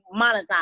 monetize